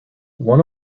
one